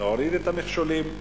להוריד את המכשולים,